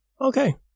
Okay